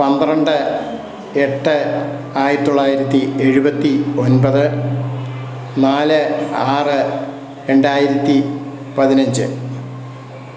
പന്ത്രണ്ട് എട്ട് ആയിരത്തി തൊള്ളായിരത്തി എഴുപത്തി ഒമ്പത് നാല് ആറ് രണ്ടായിരത്തി പതിനഞ്ച്